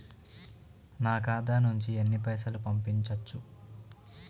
నా ఖాతా నుంచి ఎన్ని పైసలు పంపించచ్చు?